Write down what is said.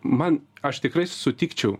man aš tikrai sutikčiau